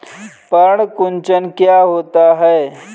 पर्ण कुंचन क्या होता है?